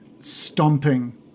stomping